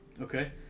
Okay